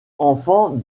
enfant